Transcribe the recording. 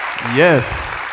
yes